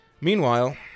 Meanwhile